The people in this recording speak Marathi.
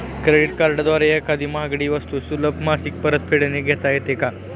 क्रेडिट कार्डद्वारे एखादी महागडी वस्तू सुलभ मासिक परतफेडने घेता येते का?